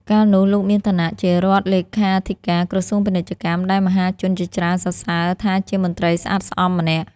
កាលនោះលោកមានឋានៈជារដ្ឋលេខាធិការក្រសួងពាណិជ្ជកម្ម ដែលមហាជនជាច្រើនសរសើរថាជាមន្រ្តីស្អាតស្អំម្នាក់ ។